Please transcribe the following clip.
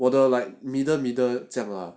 我的 like middle middle 这样 lah